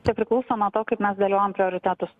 čia priklauso nuo to kaip mes dėliojam prioritetus